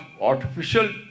artificial